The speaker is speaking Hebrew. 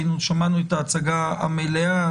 שמענו את ההצגה המלאה.